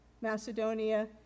Macedonia